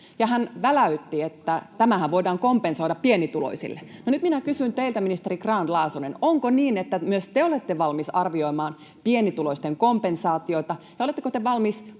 hän väläytti, että tämähän voidaan kompensoida pienituloisille. No nyt kysyn teiltä, ministeri Grahn-Laasonen: onko niin, että myös te olette valmis arvioimaan pienituloisten kompensaatioita, ja oletteko te valmis pohtimaan